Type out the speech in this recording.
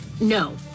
no